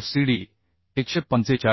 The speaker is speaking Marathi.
fcd 145